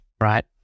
right